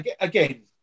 again